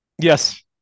Yes